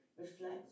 reflect